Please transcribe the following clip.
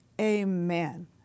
Amen